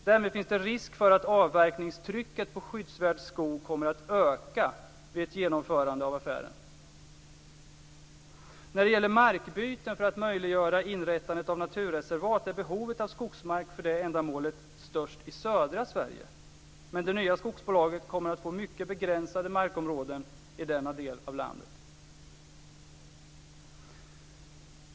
Därmed finns det risk för att avverkningstrycket på skyddsvärd skog kommer att öka vid ett genomförande av affären. När det gäller markbyten för att möjliggöra inrättandet av naturreservat är behovet av skogsmark för detta ändamål störst i södra Sverige, men det nya skogsbolaget kommer att få mycket begränsade markområden i denna del av landet.